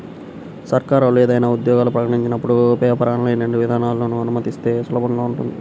సర్కారోళ్ళు ఏదైనా ఉద్యోగాలు ప్రకటించినపుడు పేపర్, ఆన్లైన్ రెండు విధానాలనూ అనుమతిస్తే సులభంగా ఉంటది